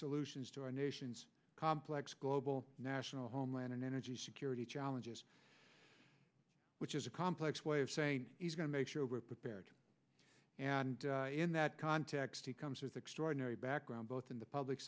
solutions to our nation's complex global national homeland and energy security challenges which is a complex way of saying he's going to make sure we're prepared and in that context he comes with extraordinary background both in the public